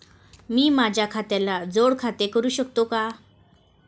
मी माझ्या खात्याला जोड खाते करू शकतो का?